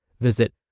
Visit